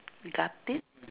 got it